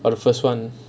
for the first one